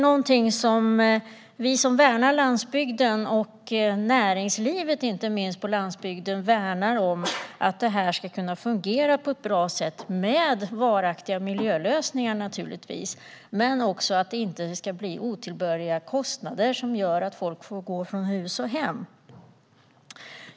Vi som värnar landsbygden och inte minst näringslivet på landsbygden är angelägna om att detta ska kunna fungera på ett bra sätt, med varaktiga miljölösningar naturligtvis. Men det får inte heller uppstå otillbörliga kostnader som gör att folk får gå från hus och hem.